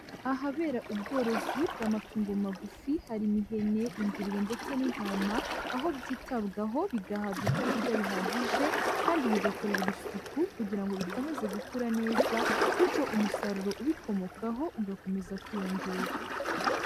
Ahabera ubworozi bw'amatungo magufi, harimo ihene, ingurube ndetse n'intama, aho byitabwaho bigabwa ibyo kurya bihagije kandi bigakorerwa isuku kugira ngo bikomeze gukura neza, bityo umusaruro ubikomokaho ugakomeza kwiyongera.